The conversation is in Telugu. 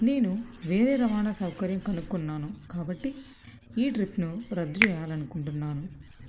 నేను వేరే రవాణా సౌకర్యం కనుక్కున్నాను కాబట్టి ఈ ట్రిప్ను రద్దు చేయాలనుకుంటున్నాను